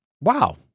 wow